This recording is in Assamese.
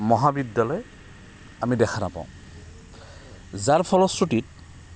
মহাবিদ্যালয় আমি দেখা নাপাওঁ যাৰ ফলশ্ৰুতিত